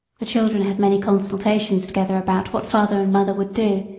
the children had many consultations together about what father and mother would do,